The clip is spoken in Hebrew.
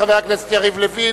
חבר הכנסת יריב לוין.